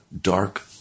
dark